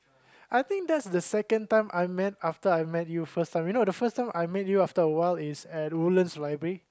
I think that's the second time I met after I met you first time you know the first time I met you after awhile is at Woodlands library